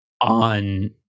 on